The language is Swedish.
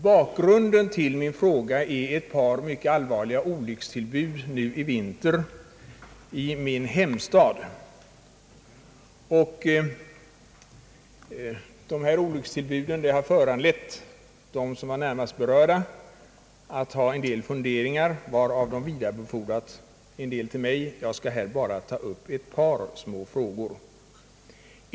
Bakgrunden till min fråga är ett par mycket allvarliga olyckstillbud nu i vinter i min hemstad. Dessa tillbud har föranlett dem som var närmast berörda att göra vissa funderingar, varav de vidarebefordrat en del till mig. Jag skall här bara ta upp ett par frågor.